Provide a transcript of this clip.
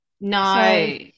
No